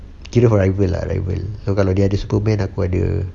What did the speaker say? kira for regulate lah regulate so kalau dia ada superman dia pun ada